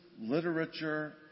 Literature